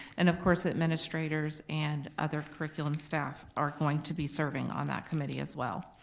and of course administrators and other curriculum staff are going to be serving on that committee as well.